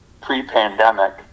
pre-pandemic